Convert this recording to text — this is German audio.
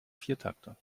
viertakter